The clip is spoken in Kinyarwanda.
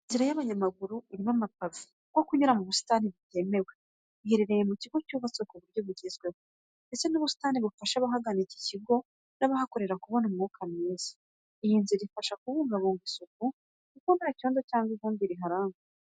Inzira y'abanyamaguru, irimo amapave kuko kunyura mu busitani bitemewe, iherereye mu kigo cyubatswe ku buryo bugezweho, ndetse n'ubusitani bufasha abagana iki kigo n'abahakorera kugira umwuka mwiza. Iyi nzira ifasha kubungabunga isuku kuko nta cyondo cyangwa ivumbi biharangwa.